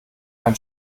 ein